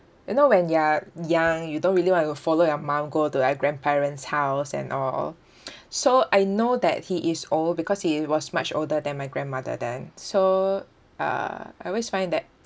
you know when you're young you don't really want to go follow your mum go to our grandparents' house and all so I know that he is old because he was much older than my grandmother then so uh I always find that